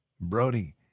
Brody